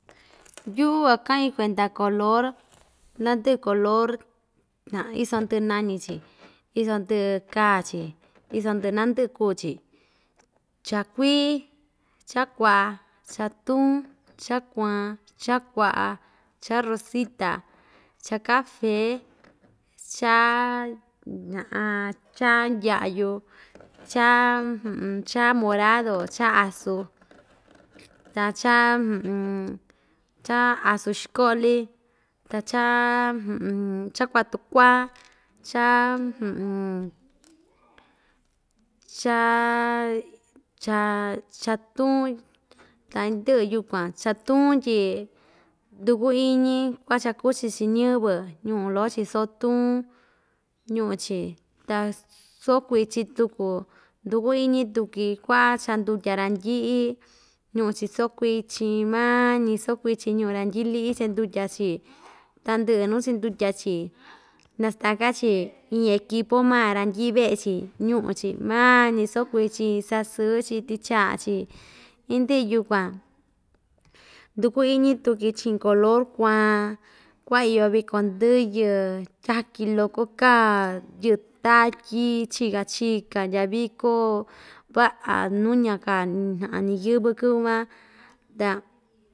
Yuꞌu kuakaꞌin kuenda color nandɨꞌɨ color ha iso ndɨꞌɨ nañi‑xhi iso ndɨꞌɨ kaa‑chi iso ndɨꞌɨ naa ndɨꞌɨ kuu‑chi cha kuii cha kuaꞌa cha tuun cha kuan cha kuaꞌa cha rosita cha cafe cha cha ndyaꞌyu cha cha morado cha azu ta cha cha azu xikoꞌli ta chaa cha kuaꞌa tukuaa chaa chaa chaa cha tuun ta indɨꞌɨ yukuan cha tuun tyi ndukuꞌun iñi kuaꞌa cha kuchi‑chi ñiyɨvɨ ñuꞌu loko‑chi soo tuun ñuꞌu‑chi taa ss soo kuichin tuku ndukuꞌun iñi tuki kuaꞌa chandutya randɨꞌɨ ñuꞌu‑chi soo kuichin maa‑ñi soo kuichin ñuꞌu ranyɨꞌɨ liꞌi chandutya‑chi tandɨꞌɨ nuu chindutya‑chi nastaka‑chi iin equipu maa randɨꞌɨ veꞌe‑chi ñuꞌu‑chi maa‑ñi soo kuichin sasɨɨ‑chi tɨchaꞌa‑chi indɨꞌɨ yukuan ndukuꞌun iñi tuku chiꞌin color kuan kuaꞌa iyo viko ndɨyɨ tyaki loko kaa yɨꞌɨ tatyi chiꞌka chika ndyaa viko vaꞌa nuña kaa ñiyɨ́vɨ́ kɨ́vɨ́ van ta.